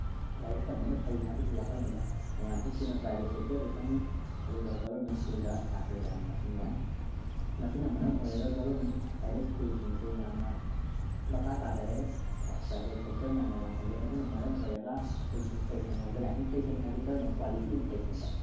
ꯂꯥꯏꯔꯤꯛ ꯇꯝꯕꯅ ꯐꯩ ꯍꯥꯏꯕꯒꯤ ꯋꯥꯈꯜꯂꯣꯟꯗ ꯃꯌꯥꯝ ꯍꯨꯞꯇꯨꯅ ꯄ꯭ꯔꯥꯏꯚꯦꯠ ꯁꯦꯛꯇꯔꯗ ꯆꯪꯉꯤ ꯑꯗꯨꯒ ꯒꯣꯕꯔꯃꯦꯟ ꯁ꯭ꯀꯨꯜꯗ ꯁꯥꯇ꯭ꯔ ꯌꯥꯝ ꯃꯁꯤꯡ ꯋꯥꯠꯂꯤ ꯃꯁꯤꯅ ꯃꯔꯝ ꯑꯣꯏꯔꯒ ꯒꯣꯕꯔꯃꯦꯟ ꯑꯦꯗꯦꯠ ꯁ꯭ꯀ꯭ꯨꯜꯁꯤꯡꯁꯦ ꯌꯥꯝꯅ ꯃꯈꯥ ꯇꯥꯗꯔꯦ ꯄ꯭ꯔꯥꯏꯚꯦꯠ ꯁꯦꯛꯇꯔ ꯃꯌꯥꯝꯅ ꯋꯥꯡꯈꯠꯂꯦ ꯑꯗꯨꯅ ꯃꯔꯝ ꯑꯣꯏꯔꯒ ꯑꯩꯈꯣꯏ ꯏꯟꯐ꯭ꯂꯦꯁꯟꯔꯣꯝꯗ ꯂꯥꯛꯑꯦ ꯏꯟꯐ꯭ꯂꯦꯁꯟ ꯍꯥꯏꯕꯗꯤ ꯀꯔꯝꯕ ꯀ꯭ꯋꯥꯂꯤꯇꯤ ꯏꯟꯐ꯭ꯂꯦꯁꯟꯗ